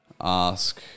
ask